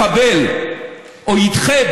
שיחבל או ידחה,